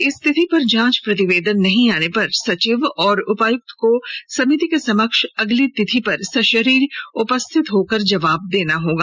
इस तिथि पर जांच प्रतिवेदन नहीं आने पर सचिव एवं उपायुक्त को समिति के समक्ष अगली तिथि पर सशरीर उपस्थित होकर जवाब देना पड़ेगा